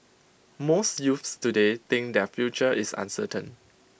most youths today think their future is uncertain